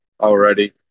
already